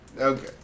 Okay